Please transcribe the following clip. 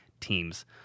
teams